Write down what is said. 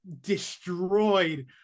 destroyed